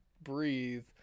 breathe